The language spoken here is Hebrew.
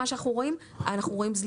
אנחנו רואים זליגות,